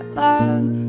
love